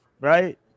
right